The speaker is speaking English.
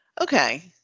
Okay